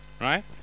Right